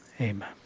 Amen